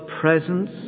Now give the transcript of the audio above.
presence